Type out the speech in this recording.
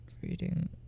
Reading